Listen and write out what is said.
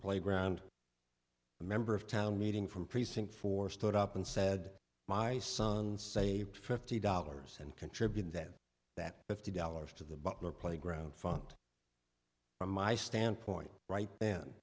playground a member of town meeting from precinct four stood up and said my son saved fifty dollars and contributed that that fifty dollars to the butler playground fund from my standpoint right then